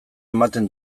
ematen